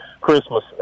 Christmas